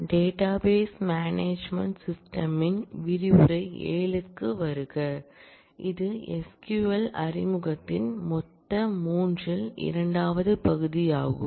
database management system ன் விரிவுரை 7 க்கு வருக இது SQL அறிமுகத்தின் மொத்த 3 இல் இரண்டாவது பகுதியாகும்